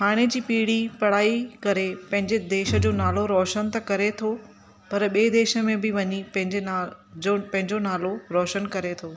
हाणे जी पीढी पढ़ाई करे पंहिंजे देश जो नालो रोशन त करे थो पर ॿिए देश में बि वञी पंहिंजो नालो रोशन करे थो